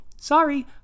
Sorry